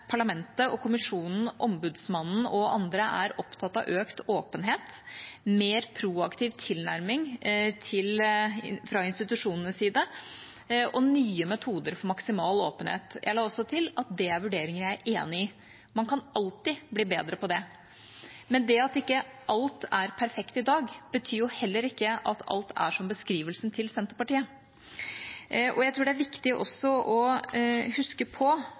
parlamentet, Kommisjonen, ombudsmannen og andre er opptatt av økt åpenhet, mer proaktiv tilnærming fra institusjonenes side og nye metoder for maksimal åpenhet. Jeg la også til at det er vurderinger jeg er enig i. Man kan alltid bli bedre på det. Men det at ikke alt er perfekt i dag, betyr jo ikke at alt er som beskrivelsen til Senterpartiet. Jeg tror det er viktig også å huske på